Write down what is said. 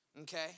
okay